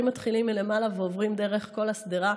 מתחילים מלמעלה ועוברים דרך כל השדרה,